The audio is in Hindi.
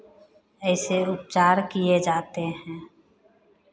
ऐसे उपचार किए जाते हैं